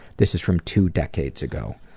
this is from two decades ago.